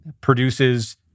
produces